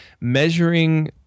measuring